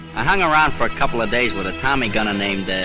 i hung around for a couple of days with a tommy gunner named, ah, ah,